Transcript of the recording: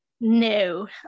No